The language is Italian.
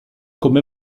come